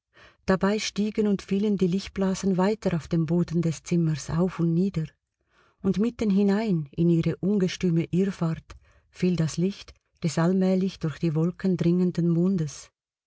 dabei stiegen und fielen die lichtblasen weiter auf dem boden des zimmers auf und nieder und mitten hinein in ihre ungestüme irrfahrt fiel das licht des allmählich durch die wolken dringenden mondes